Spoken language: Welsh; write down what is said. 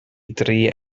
dri